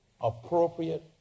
appropriate